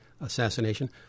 assassination